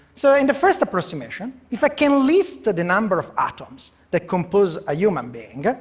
so in the first approximation, if i can list the the number of atoms that compose a human being,